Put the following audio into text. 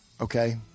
okay